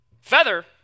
Feather